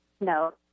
No